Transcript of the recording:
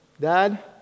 Dad